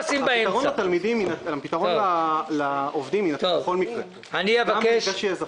הפתרון לעובדים יינתן בכל מקרה, גם כשיהיה זכיין.